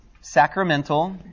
sacramental